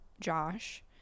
Josh